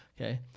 Okay